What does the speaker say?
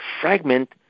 fragment